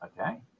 Okay